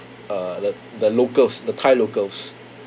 uh the the locals the thai locals